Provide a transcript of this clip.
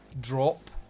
drop